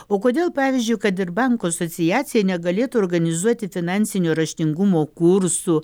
o kodėl pavyzdžiui kad ir bankų asociacija negalėtų organizuoti finansinio raštingumo kursų